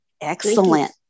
Excellent